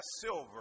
silver